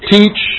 Teach